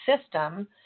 system